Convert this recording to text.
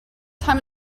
time